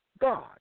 God